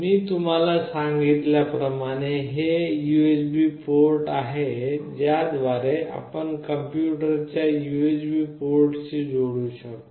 मी तुम्हाला सांगितल्या प्रमाणे हे यूएसबी पोर्ट आहे ज्या द्वारे आपण कॉम्पुटरच्या यूएसबी पोर्टशी जोडू शकता